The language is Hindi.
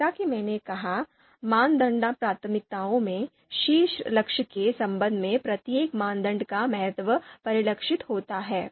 जैसा कि मैंने कहा मानदंड प्राथमिकताओं में शीर्ष लक्ष्य के संबंध में प्रत्येक मानदंड का महत्व परिलक्षित होता है